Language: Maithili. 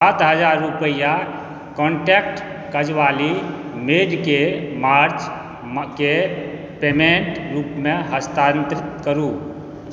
सात हजार रुपैआ कॉन्टैक्ट काजवाली मेडकेँ मार्चके पेमेण्टक रूपमे हस्तान्तरित करू